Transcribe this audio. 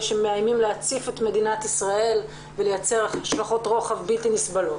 שמאיימים להציף את מדינת ישראל ולייצר השלכות רוחב בלתי נסבלות.